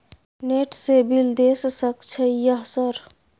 Net से bill देश सक छै यह सर?